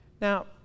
Now